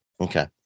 Okay